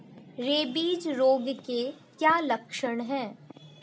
Rabies रोग के क्या लक्षण है?